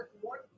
one